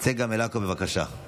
צגה מלקו, בבקשה.